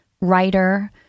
writer